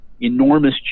enormous